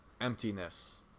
emptiness